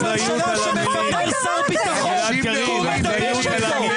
ראש ממשלה שמפטר שר ביטחון, כי הוא מדבר איתו.